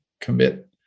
commit